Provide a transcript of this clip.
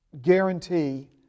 guarantee